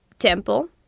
Temple